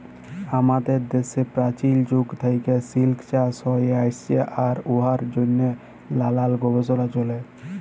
আমাদের দ্যাশে পাচীল যুগ থ্যাইকে সিলিক চাষ হ্যঁয়ে আইসছে আর ইয়ার জ্যনহে লালাল গবেষলা চ্যলে